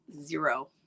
Zero